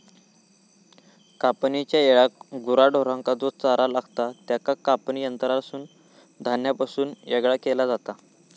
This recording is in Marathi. कापणेच्या येळाक गुरा ढोरांका जो चारो लागतां त्याका कापणी यंत्रासून धान्यापासून येगळा केला जाता